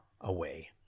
away